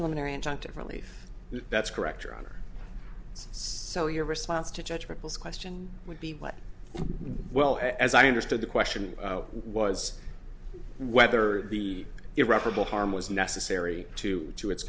preliminary injunctive relief that's correct your honor so your response to judge ripples question would be well as i understood the question was whether the irreparable harm was necessary to to its